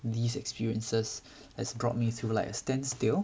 these experiences has brought me through like a stand still